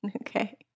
Okay